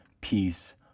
peace